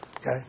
Okay